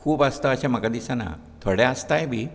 खूब आसता अशें म्हाका दिसना थोडे आसताय बी